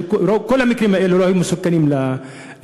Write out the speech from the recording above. הרי כל המקרים האלו לא היו מסוכנים למשטרה.